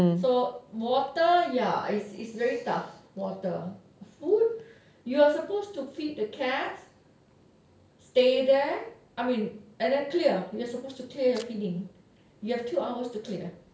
so water ya it's it's very tough water food you are supposed to feed the cat stay there I mean and then clear you're supposed to clear your feeding you have two hours to clear